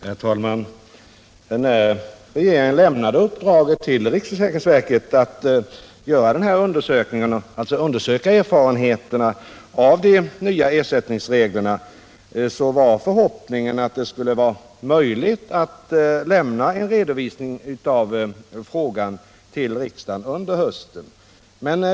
Herr talman! När regeringen lämnade uppdraget till riksförsäkringsverket att undersöka erfarenheterna av de nya ersättningsreglerna var förhoppningen att det skulle vara möjligt att lämna en redovisning av frågan till riksdagen under hösten.